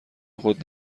خود